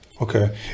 Okay